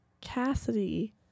Cassidy